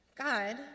God